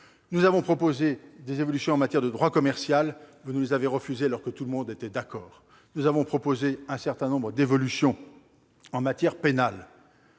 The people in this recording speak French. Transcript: Nous avons proposé des évolutions en matière de droit commercial ; vous les avez refusées, alors que tout le monde était d'accord ! Nous avons également proposé un certain nombre d'évolutions en matière pénale.